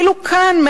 אפילו כאן,